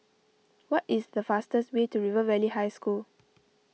what is the fastest way to River Valley High School